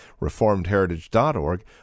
reformedheritage.org